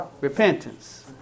Repentance